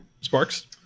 Sparks